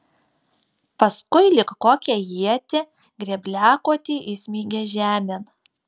paskui lyg kokią ietį grėbliakotį įsmeigė žemėn